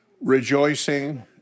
rejoicing